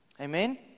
Amen